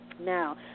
Now